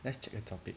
let's check a topic